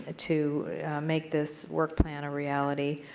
ah to make this work plan a reality.